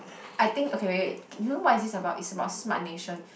I think okay wait wait you know what is this about it's about smart nation